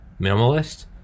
minimalist